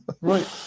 Right